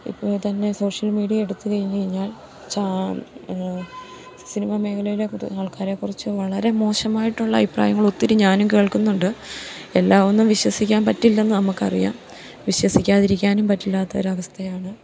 ഇപ്പം തന്നെ social media എടുത്ത് കഴിഞ്ഞ് കഴിഞ്ഞാൽ സിനിമ മേഖലയിലെ ആൾക്കാരെക്കുറിച്ച് വളരെ മോശമായിട്ടുള്ള അഭിപ്രായങ്ങൾ ഒത്തിരി ഞാനും കേൾക്കുന്നുണ്ട് എല്ലാവൊന്നും വിശ്വസിക്കാൻ പറ്റില്ലെന്ന് നമുക്ക് അറിയാം വിശ്വസിക്കാതിരിക്കാനും പറ്റില്ലാത്ത ഒരവസ്ഥയാണ്